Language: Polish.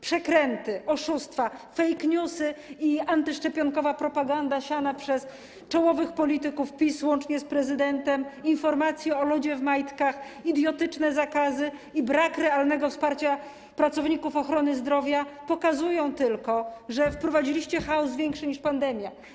Przekręty, oszustwa, fake newsy i antyszczepionkowa propaganda siana przez czołowych polityków PiS, łącznie z prezydentem, informacje o lodzie w majtkach, idiotyczne zakazy i brak realnego wsparcia pracowników ochrony zdrowia pokazują, że wprowadziliście chaos większy niż pandemia.